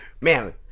man